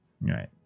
Right